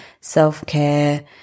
self-care